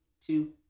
two